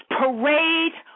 parade